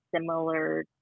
similar